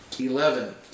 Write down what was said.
Eleven